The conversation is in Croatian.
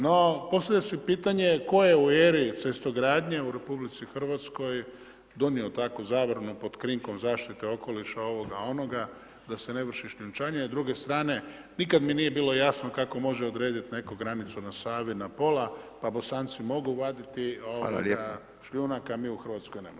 No, postavlja se pitanje, tko je u eri cestogradnje u RH donio takvu zabranu, pod krinkom zaštite okoliša, onoga ovoga, da se ne vrši šljunčane a s druge strane, nikada mi nije bilo jasno, kako može odrediti netko granicu na Savi na pola, pa Bosanci mogu vaditi šljunak, a mi u Hrvatskoj ne možemo.